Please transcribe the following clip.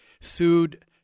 sued